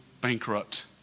bankrupt